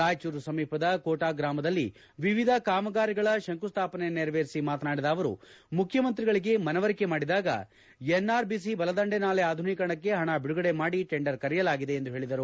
ರಾಯಚೂರು ಸಮೀಪದ ಕೋಠಾ ಗ್ರಾಮದಲ್ಲಿ ವಿವಿಧ ಕಾಮಗಾರಿಗಳ ಶಂಕುಸ್ಥಾಪನೆ ನೆರವೇರಿಸಿ ಮಾತನಾಡಿದ ಅವರು ಮುಖ್ಯಮಂತ್ರಿಗಳಿಗೆ ಮನವರಿಕೆ ಮಾಡಿದಾಗ ಎನ್ಆರ್ಬಿಸಿ ಬಲದಂಡೆ ನಾಲೆ ಅಧುನೀಕರಣಕ್ಕೆ ಹಣ ಬಿಡುಗಡೆ ಮಾಡಿ ಟೆಂಡರ್ ಕರೆಯಲಾಗಿದೆ ಎಂದು ಹೇಳಿದರು